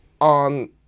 on